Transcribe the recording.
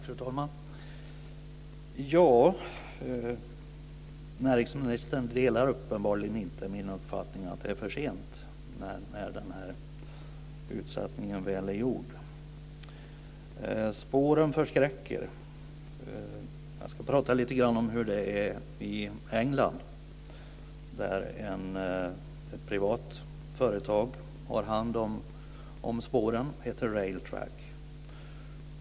Fru talman! Näringsministern delar uppenbarligen inte min uppfattning att det är för sent när den här utsättningen väl är gjord. Spåren förskräcker. Jag ska prata lite grann om hur det är i England där ett privat företag har hand om spåren. Det heter Railtrack.